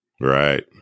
Right